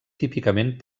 típicament